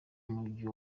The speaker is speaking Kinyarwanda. mugihe